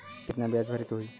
कितना ब्याज भरे के होई?